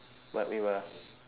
but we were